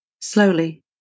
Slowly